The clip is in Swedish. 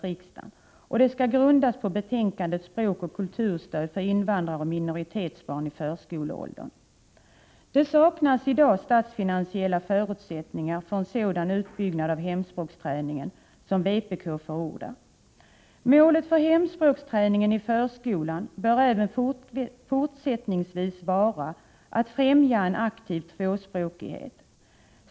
Målet för hemspråksträningen i förskolan bör även fortsättningsvis vara att främja en aktiv tvåspråkighet.